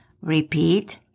Repeat